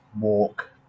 walk